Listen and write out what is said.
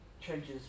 changes